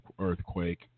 earthquake